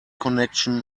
connection